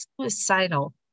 suicidal